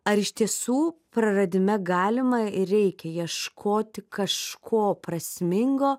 ar iš tiesų praradime galima ir reikia ieškoti kažko prasmingo